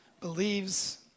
believes